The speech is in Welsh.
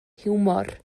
hiwmor